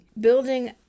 building